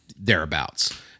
thereabouts